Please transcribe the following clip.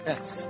Yes